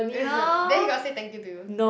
then he got say thank you to you